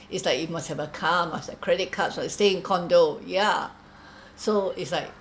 it's like you must have a car must have credit cards must stay in condo ya so it's like